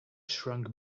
shrunk